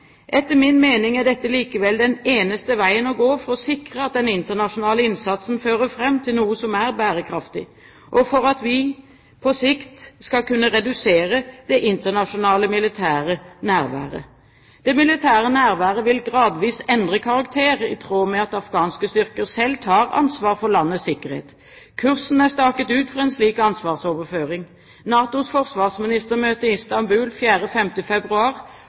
Etter min mening er dette likevel den eneste veien å gå for å sikre at den internasjonale innsatsen fører fram til noe som er bærekraftig, og for at vi på sikt skal kunne redusere det internasjonale militære nærværet. Det militære nærværet vil gradvis endre karakter i tråd med at afghanske styrker selv tar ansvar for landets sikkerhet. Kursen er staket ut for en slik ansvarsoverføring. NATOs forsvarsministermøte i Istanbul 4.–5. februar